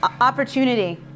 opportunity